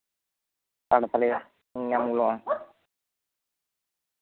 ᱟᱫᱚ ᱛᱟᱞᱦᱮ ᱧᱟᱢ ᱜᱟᱱᱚᱜᱼᱟ